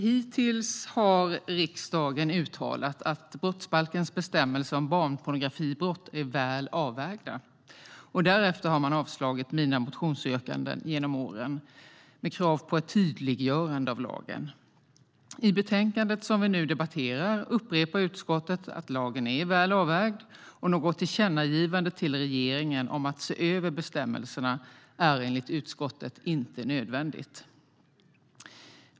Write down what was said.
Hittills har riksdagen uttalat att brottsbalkens bestämmelser om barnpornografibrott är väl avvägda, och därefter har man genom åren avstyrkt mina motionsyrkanden om krav på ett tydliggörande av lagen. I betänkandet vi nu debatterar upprepar utskottet att lagen är väl avvägd, och något tillkännagivande till regeringen om att se över bestämmelserna är enligt utskottet inte nödvändigt.